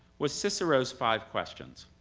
was cicero's five questions.